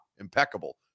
impeccable